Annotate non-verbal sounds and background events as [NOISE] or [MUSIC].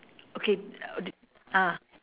okay [NOISE] ah